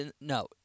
no